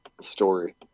story